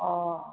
অঁ